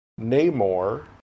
namor